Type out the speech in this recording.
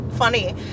funny